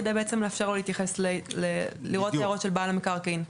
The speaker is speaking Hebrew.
כדי בעצם לאפשר לו להתייחס לראות הערות של בעל המקרקעין.